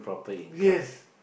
yes